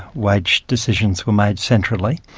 wage decisions were made centrally,